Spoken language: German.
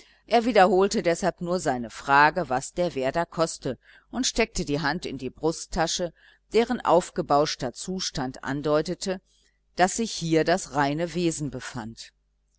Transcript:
er wiederholte deshalb nur seine frage was der werder koste und steckte die hand in die brusttasche deren aufgebauschter zustand andeutete daß sich hier das reine wesen befand